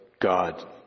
God